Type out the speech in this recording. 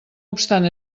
obstant